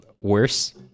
worse